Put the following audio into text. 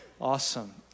Awesome